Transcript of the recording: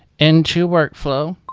into workflow.